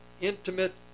intimate